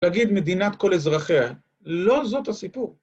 להגיד מדינת כל אזרחיה, לא זאת הסיפור.